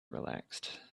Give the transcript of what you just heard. relaxed